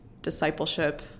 discipleship